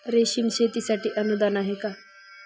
रेशीम शेतीसाठी अनुदान आहे का?